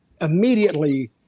immediately